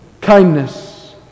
Kindness